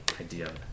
idea